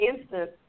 instance